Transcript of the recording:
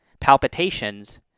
palpitations